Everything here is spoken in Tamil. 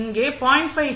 இங்கே 0